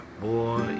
Boy